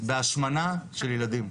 בהשמנה של ילדים.